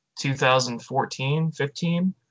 2014-15